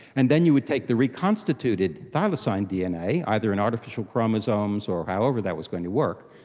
and then you would take the reconstituted thylacine dna, either an artificial chromosomes or however that was going to work,